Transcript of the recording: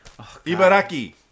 Ibaraki